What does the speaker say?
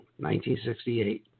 1968